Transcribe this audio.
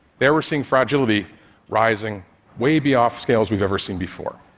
there, we're seeing fragility rising way beyond scales we've ever seen before.